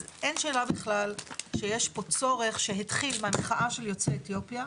אין שאלה בכלל שיש פה צורך שהתחיל מהמחאה של יוצאי אתיופיה,